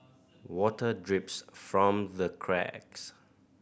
water drips from the cracks